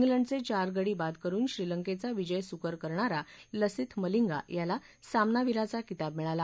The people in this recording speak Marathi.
क्लिंडचे चार गडी बाद करुन श्रीलंकेचा विजय सुकर करणारा लसिथ मलिंगा याला सामनावीराचा किताब मिळाला